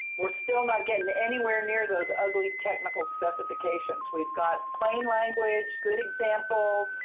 we're still not getting anywhere near those ugly technical specifications. we've got plain language, good examples.